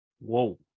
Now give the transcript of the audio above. Whoa